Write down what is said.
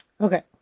Okay